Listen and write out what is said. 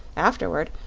afterward,